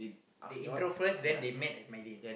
they intro first then they met at